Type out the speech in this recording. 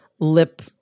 lip